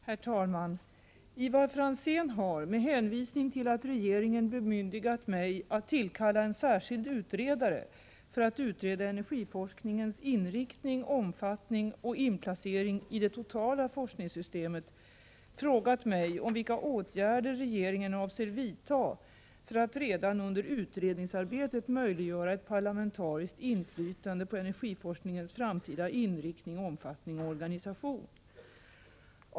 Herr talman! Ivar Franzén har, med hänvisning till att regeringen bemyndigat mig att tillkalla en särskild utredare för att utreda energiforskningens inriktning, omfattning och inplacering i det totala forskningssystemet, frågat mig om vilka åtgärder regeringen avser vidta för att redan under utredningsarbetet möjliggöra ett parlamentariskt inflytande på energiforskningens framtida inriktning, omfattning och organisation.